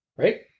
Right